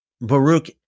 Baruch